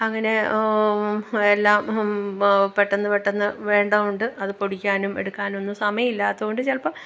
അങ്ങനെ എല്ലാം പെട്ടെന്നു പെട്ടെന്നു വേണ്ടതു കൊണ്ട് അതു പൊടിക്കാനും എടുക്കാനുമൊന്നും സമയമില്ലാത്തതു കൊണ്ട് ചിലപ്പം